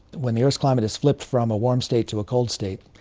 when the earth's climate has flipped from a warm state to a cold state,